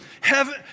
heaven